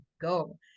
go